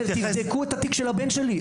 תבדקו את התיק של הבן שלי.